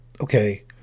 okay